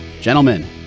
Gentlemen